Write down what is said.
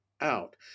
out